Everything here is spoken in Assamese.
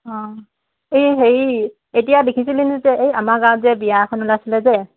অঁ এই হেৰি এতিয়া দেখিছিলি নি যে এই আমাৰ গাঁৱত যে বিয়া এখন ওলাইছিলে যে